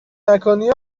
نکنی